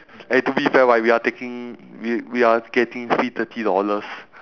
and to be fair right we are taking we we are getting free thirty dollars